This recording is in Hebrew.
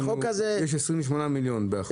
יש 28 מיליון.